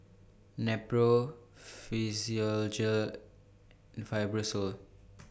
Nepro Physiogel and Fibrosol